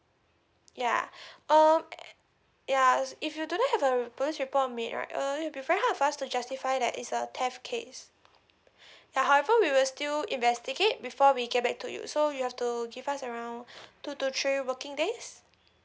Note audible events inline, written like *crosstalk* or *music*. yeah *breath* um yeah if you do have a police report made right err it'll be very hard for us to justify that is a theft case *breath* yeah however we will still investigate before we get back to you so you have to give us around two to three working days